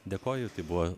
dėkoju tai buvo